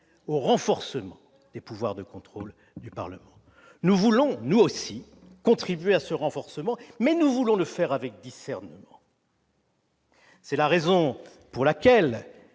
au renforcement des pouvoirs de contrôle du Parlement. Nous voulons nous aussi contribuer à ce renforcement, mais nous voulons le faire avec discernement. C'est la raison pour laquelle,